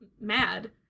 mad